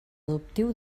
adoptiu